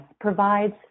provides